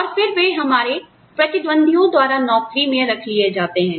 और फिर वे हमारे प्रतिद्वंद्वियों द्वारा नौकरी में रख लिए जाते हैं